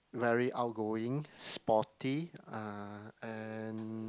very outgoing sporty uh and